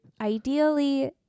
ideally